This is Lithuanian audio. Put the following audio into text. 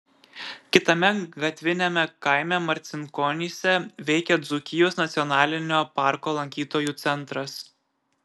kitame gatviniame kaime marcinkonyse veikia dzūkijos nacionalinio parko lankytojų centras